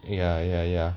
ya ya ya